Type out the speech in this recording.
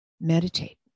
meditate